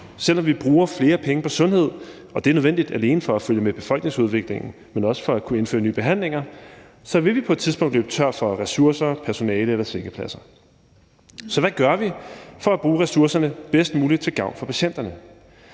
Selv om vi bruger flere penge på sundhed – og det er nødvendigt alene for at følge med befolkningsudviklingen, men også for at kunne indføre nye behandlinger – vil vi på et tidspunkt løber tør for ressourcer, personale eller sengepladser. Så hvad gør vi for at bruge ressourcerne bedst muligt til gavn for patienterne?